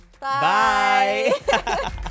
Bye